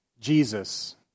Jesus